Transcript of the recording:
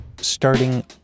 Starting